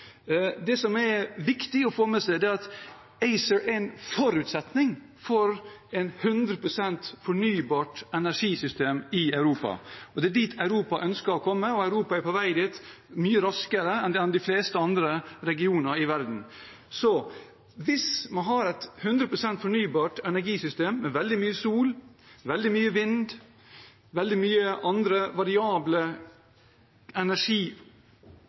Det som er viktig å få med seg, er at ACER er en forutsetning for et hundre prosent fornybart energisystem i Europa. Det er dit Europa ønsker å komme, og Europa er på vei dit mye raskere enn de fleste andre regioner i verden. Hvis vi har et hundre prosent fornybart energisystem med veldig mye sol, veldig mye vind, veldig mange andre variable